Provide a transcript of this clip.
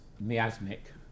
miasmic